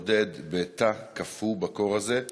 בודד בתא קפוא בקור הזה.